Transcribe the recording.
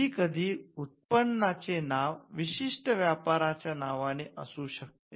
कधीकधी उत्पादनांचे नाव विशिष्ट व्यापाराच्या नावाने असू शकते